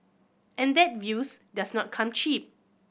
and that view does not come cheap